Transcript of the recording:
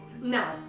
No